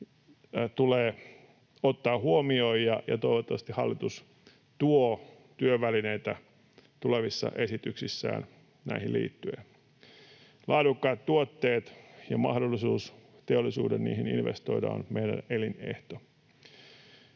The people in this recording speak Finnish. tulee ottaa huomioon, ja toivottavasti hallitus tuo työvälineitä tulevissa esityksissään näihin liittyen. Laadukkaat tuotteet ja mahdollisuus teollisuuden niihin investoida ovat meille elinehto.